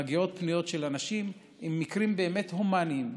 פניות של אנשים עם מקרים באמת הומניים,